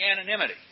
anonymity